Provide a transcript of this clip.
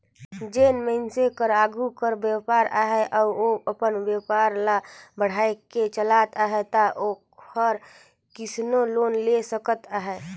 जेन मइनसे कर आघु कर बयपार अहे अउ ओ अपन बयपार ल बढ़ाएक चाहत अहे ता ओहर किसोर लोन ले सकत अहे